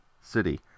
City